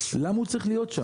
למה הוא צריך להיות שם?